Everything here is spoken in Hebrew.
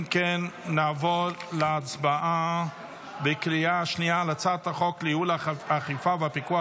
נעבור להצבעה בקריאה השנייה על הצעת החוק לייעול האכיפה והפיקוח